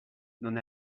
non